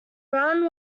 brown